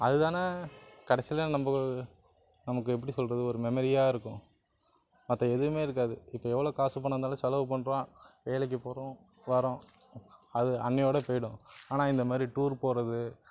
அதுதானே கடைசியில நம்ம நமக்கு எப்படி சொல்கிறது ஒரு மெமரியாக இருக்கும் மற்ற எதுவுமே இருக்காது இப்போ எவ்வளோ காசு பணம் இருந்தாலும் செலவு பண்ணுறோம் வேலைக்கு போகிறோம் வரோம் அது அன்னையோட போய்டும் ஆனால் இந்த மாதிரி டூர் போகிறது